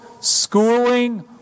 schooling